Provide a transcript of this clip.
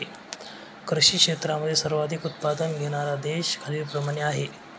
कृषी क्षेत्रात सर्वाधिक उत्पादन घेणारे देश खालीलप्रमाणे आहेत